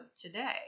today